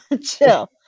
Chill